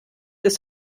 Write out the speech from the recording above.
ist